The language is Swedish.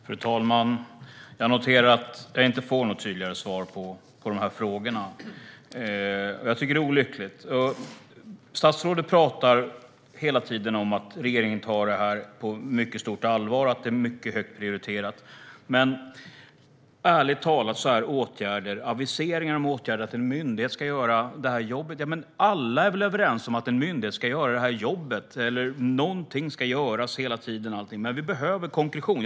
Fru talman! Jag noterar att jag inte får något tydligare svar på frågorna. Jag tycker att det är olyckligt. Statsrådet pratar hela tiden om att regeringen tar detta på mycket stort allvar. Det är mycket högt prioriterat. Men, ärligt talat, det är aviseringar om åtgärden att en myndighet ska göra detta jobb. Ja, men alla är väl överens om att en myndighet ska göra det jobbet. Någonting ska göras hela tiden. Men vi behöver konkretion.